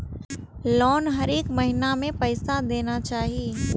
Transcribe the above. Loan हरेक महीना में पैसा देना चाहि?